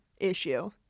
issue